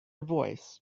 voice